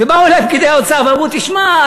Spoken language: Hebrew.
ובאו אלי פקידי האוצר ואמרו: תשמע,